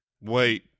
Wait